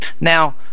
Now